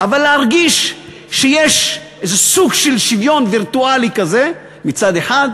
אבל להרגיש שיש איזה סוג של שוויון וירטואלי כזה מצד אחד,